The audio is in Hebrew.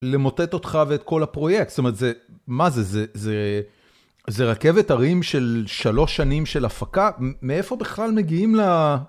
למוטט אותך ואת כל הפרויקט, זאת אומרת זה, מה זה, זה, זה, זה רכבת ערים של שלוש שנים של הפקה, מאיפה בכלל מגיעים ל...